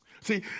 See